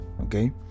okay